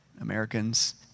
Americans